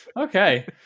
Okay